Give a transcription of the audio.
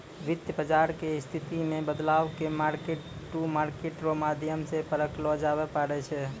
वित्त बाजार के स्थिति मे बदलाव के मार्केट टू मार्केट रो माध्यम से परखलो जाबै पारै छै